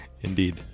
Indeed